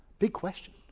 big question.